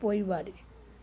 पोइवारी